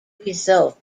result